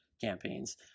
campaigns